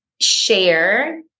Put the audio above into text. share